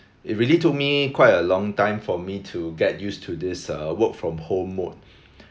it really took me quite a long time for me to get used to this uh work from home mode